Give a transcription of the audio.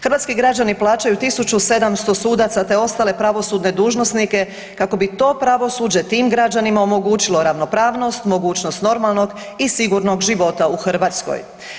Hrvatski građani plaćaju 1700 sudaca te ostale pravosudne dužnosnike kako bi to pravosuđe tim građanima omogućilo ravnopravnost, mogućnost normalnog i sigurnog života u Hrvatskoj.